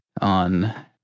on